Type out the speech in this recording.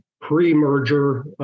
Pre-merger